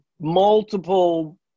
multiple